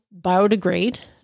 biodegrade